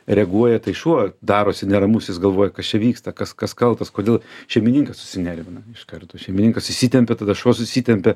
reaguoja tai šuo darosi neramus jis galvoja kas čia vyksta kas kas kaltas kodėl šeimininkas susinervina iš karto šeimininkas įsitempia tada šuo susitempia